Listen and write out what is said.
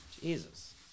Jesus